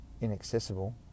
inaccessible